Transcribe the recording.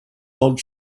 old